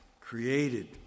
created